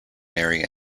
mary